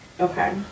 Okay